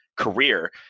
career